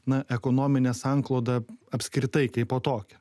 na ekonominę sanklodą apskritai kaipo tokią